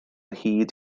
hyd